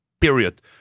period